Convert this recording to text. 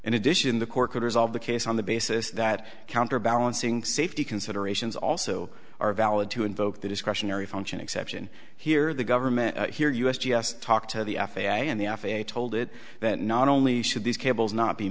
in addition the court could resolve the case on the basis that counter balancing safety considerations also are valid to invoke the discretionary function exception here the government here u s g s talked to the f a a and the f a a told it that not only should these cables not be